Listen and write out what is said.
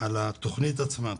על התוכנית עצמה.